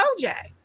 OJ